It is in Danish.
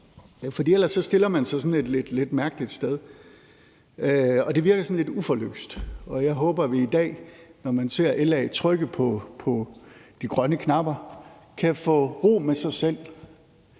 for ellers stiller man sig sådan et lidt mærkeligt sted, og det virker sådan lidt uforløst. Og jeg håber, at de i dag, når man ser LA trykke på de grønne knapper, kan få ro med sig selv,